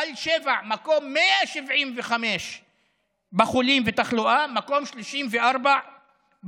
תל שבע, מקום 175 בחולים ותחלואה, מקום 34 בדוחות.